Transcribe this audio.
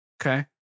Okay